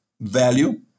value